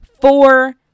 four